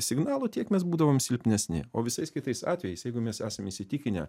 signalų tiek mes būdavom silpnesni o visais kitais atvejais jeigu mes esam įsitikinę